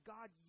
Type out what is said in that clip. God